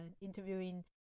interviewing